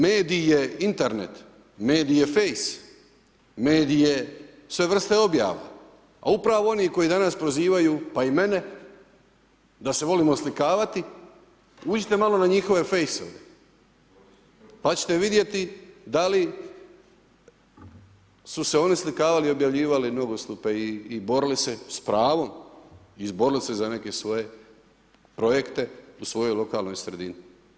Medij je Internet, medij je face, medij je sve vrste objava, a upravo oni koji danas prozivaju pa i mene da se volim oslikavati, uđite malo na njihove fejsove pa ćete vidjeti da li su se oni slikavali i objavljivali ... i borili se s pravom, izborili se za neke svoje projekte u svojoj lokalnoj sredini.